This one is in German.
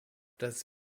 das